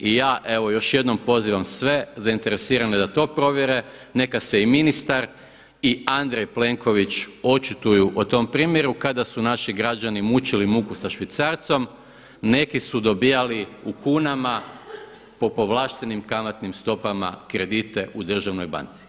I ja evo još jednom pozivam sve zainteresirane da to provjere neka se i ministar i Andrej Plenković očituju o tom primjeru kada su naši građani mučili muku sa švicarcom, neki su dobivali u kunama po povlaštenim kamatnim stopama kredite u državnoj banci.